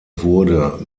wurde